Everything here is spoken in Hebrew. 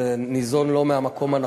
זה ניזון לא מהמקום הנכון,